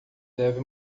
deve